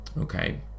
okay